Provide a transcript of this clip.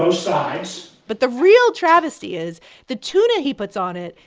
so sides but the real travesty is the tuna he puts on it.